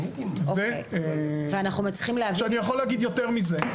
יותר מזה,